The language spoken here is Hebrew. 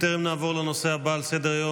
בטרם נעבור לנושא הבא על סדר-היום,